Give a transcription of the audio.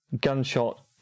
gunshot